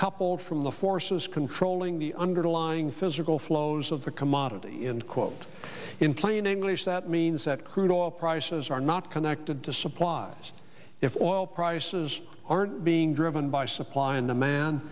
coupled from the forces controlling the underlying physical flows of the commodity in quote in plain english that means that crude oil prices are not connected to supplies if oil prices aren't being driven by supply and demand